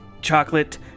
chocolate